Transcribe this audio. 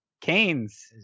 Canes